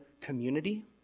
community